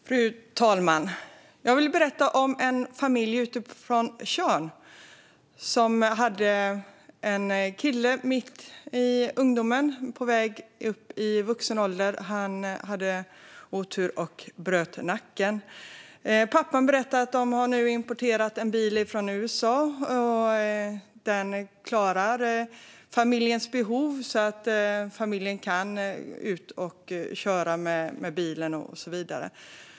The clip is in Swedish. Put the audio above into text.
Fru talman! Jag vill berätta om en familj på Tjörn. De har en kille som mitt i ungdomen, på väg upp i vuxen ålder, hade otur och bröt nacken. Pappan berättar att de nu har importerat en bil från USA som klarar familjens behov så att de kan ge sig ut och köra och så vidare.